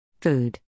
Food